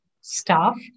staff